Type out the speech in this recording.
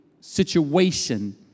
situation